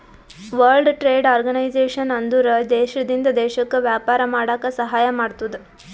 world trade organisation ಅಂದುರ್ ದೇಶದಿಂದ್ ದೇಶಕ್ಕ ವ್ಯಾಪಾರ ಮಾಡಾಕ ಸಹಾಯ ಮಾಡ್ತುದ್